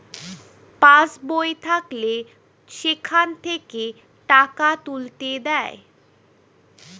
pass বই থাকলে সেখান থেকে টাকা তুলতে দেয়